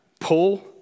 pull